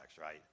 right